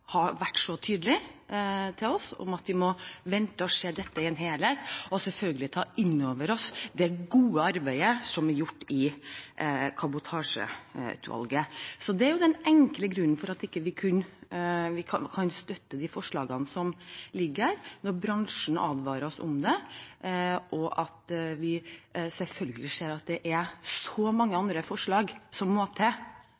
har vært så tydelig til oss på at vi må vente å se dette i en helhet, og selvfølgelig ta innover oss det gode arbeidet som er gjort i det såkalte Kabotasjeutvalget. Det er den enkle grunnen til at vi ikke kan støtte de forslagene som ligger her når bransjen advarer oss mot det, og at vi selvfølgelig ser at det er så mange